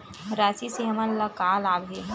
राशि से हमन ला का लाभ हे?